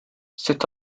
sut